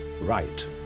right